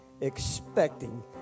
expecting